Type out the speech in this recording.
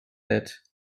bed